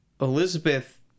Elizabeth